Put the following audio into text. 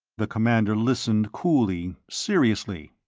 the commander listened coolly, seriously.